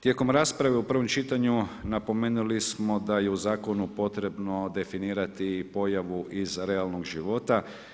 Tijekom rasprave u prvom čitanju napomenuli smo da je u Zakonu potrebno definirati pojavu iz realnog života.